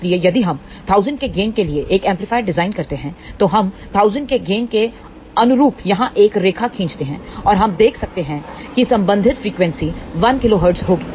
इसलिए यदि हम 1000 के गेन के लिए एक एम्पलीफायर डिज़ाइन करते हैं तो हम 1000 के गेन के अनुरूप यहां एक रेखा खींचते हैं और हम देख सकते हैं कि संबंधित फ्रीक्वेंसी 1 kHz होगी